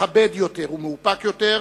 מכבד יותר ומאופק יותר,